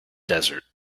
desert